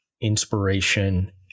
inspiration